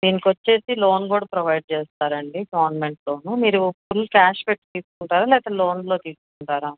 దీనికి వచ్చి లోన్ కూడా ప్రొవైడ్ చేస్తారండి గవర్నమెంట్ లోను మీరు ఫుల్ కాష్ పెట్టి తీసుకుంటారా లేకపోతే లోన్లో తీసుకుంటారా